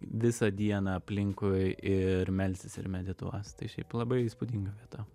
visą dieną aplinkui ir melsis ir medituos tai šiaip labai įspūdinga vieta